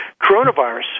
coronavirus